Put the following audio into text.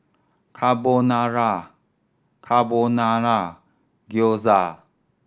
Carbonara Carbonara Gyoza